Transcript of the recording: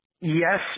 Yes